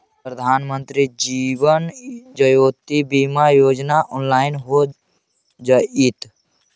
प्रधानमंत्री जीवन ज्योति बीमा योजना ऑनलाइन हो जइतइ